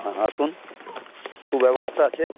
হ্যাঁ আসুন সুব্যবস্থা আছে